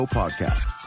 podcast